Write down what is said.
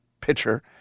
pitcher